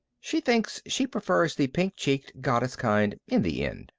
she thinks she prefers the pink-cheeked, goddess kind, in the end.